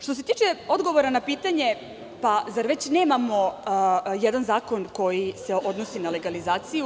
Što se tiče odgovora na pitanje - zar već nemamo jedan zakon koji se odnosi na legalizaciju?